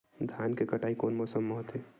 धान के कटाई कोन मौसम मा होथे?